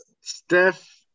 Steph